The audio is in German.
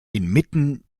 inmitten